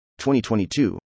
2022